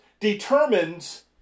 determines